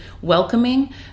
welcoming